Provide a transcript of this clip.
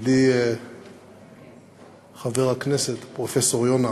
ידידי חבר הכנסת, פרופסור יונה,